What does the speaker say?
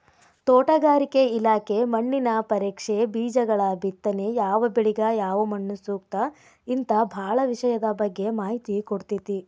ತೋಟಗಾರಿಕೆ ಇಲಾಖೆ ಮಣ್ಣಿನ ಪರೇಕ್ಷೆ, ಬೇಜಗಳಬಿತ್ತನೆ ಯಾವಬೆಳಿಗ ಯಾವಮಣ್ಣುಸೂಕ್ತ ಹಿಂತಾ ಬಾಳ ವಿಷಯದ ಬಗ್ಗೆ ಮಾಹಿತಿ ಕೊಡ್ತೇತಿ